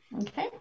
Okay